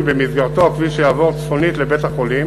שבמסגרתו הכביש יעבור צפונית לבית-החולים